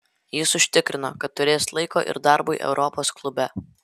jis užtikrino kad turės laiko ir darbui europos klube